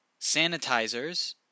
Sanitizers